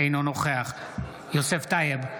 אינו נוכח יוסף טייב,